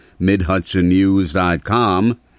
MidHudsonNews.com